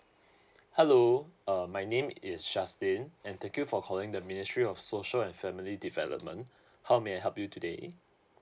hello uh my name is justin and thank you for calling the ministry of social and family development how may I help you today